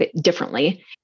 differently